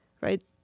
right